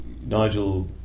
Nigel